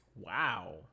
Wow